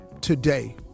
today